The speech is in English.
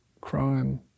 crime